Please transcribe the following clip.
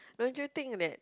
don't you think that